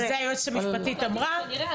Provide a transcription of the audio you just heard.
וזה היועצת המשפטית אמרה -- כנראה,